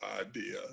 idea